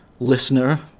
listener